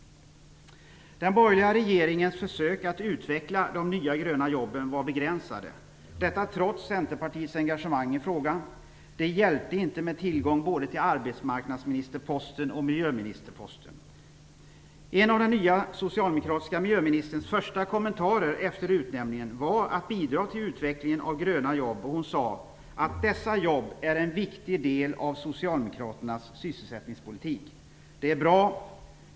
Den borgerliga regeringens försök att utveckla de nya, gröna jobben var begränsade, trots Centerpartiets engagemang i frågan - det hjälpte inte med tillgång till både arbetsmarknadsministerposten och miljöministerposten. En av den nya socialdemokratiska miljöministerns första kommentarer efter utnämningen var att hon ville bidra till utvecklingen av gröna jobb, och hon sade att dessa jobb är en viktig del av Socialdemokraternas sysselsättningspolitik. Det är bra!